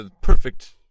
Perfect